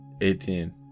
18